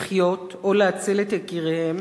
לחיות או להציל את יקיריהם,